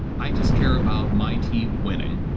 i just care about my team winning,